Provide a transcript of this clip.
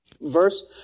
verse